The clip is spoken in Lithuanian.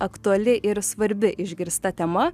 aktuali ir svarbi išgirsta tema